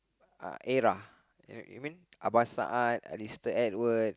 era you you mean Aban Saat Alistair-Edwards